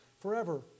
forever